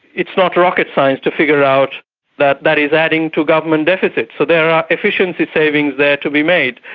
it's not rocket science to figure out that that is adding to government deficits. so there are efficiency savings there to be made.